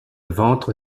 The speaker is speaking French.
ventre